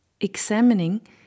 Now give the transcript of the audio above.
examining